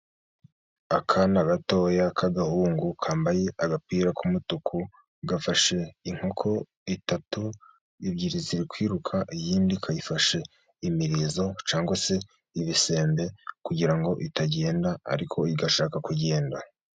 Akana gatoya k'agahungu kambaye agapira k'umutuku, gafashe inkoko itatu, ebyiri zirikwiruka, iyindi kayifashe imirizo cg se ibisembe kugira itagenda, ariko igashaka kugenda.